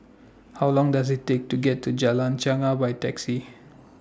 How Long Does IT Take to get to Jalan Chegar By Taxi